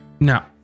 Now